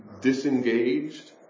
disengaged